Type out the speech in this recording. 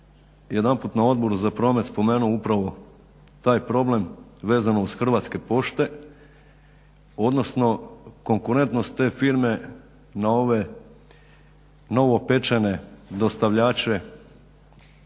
jedanput na Odboru za promet spomenuo upravo taj problem vezano uz Hrvatske pošte, odnosno konkurentnost te firme na ove novopečene dostavljače poštanskih